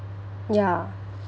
ya